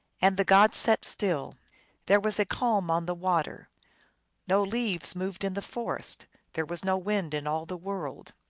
and the god sat still there was a calm on the water no leaves moved in the forest there was no wind in all the world.